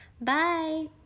Bye